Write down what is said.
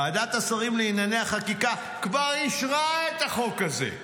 ועדת השרים לענייני חקיקה כבר אישרה את החוק הזה,